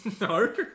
No